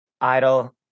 idle